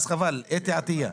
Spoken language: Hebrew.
חבל, אתי עטייה.